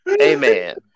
Amen